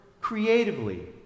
creatively